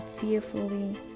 fearfully